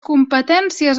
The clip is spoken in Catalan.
competències